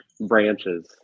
Branches